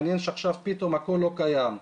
העניין הוא שעכשיו פתאום הכול לא קיים.